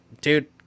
dude